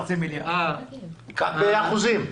באחוזים.